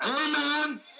Amen